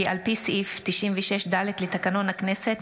כי על פי סעיף 96(ד) לתקנון הכנסת,